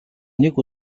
нэг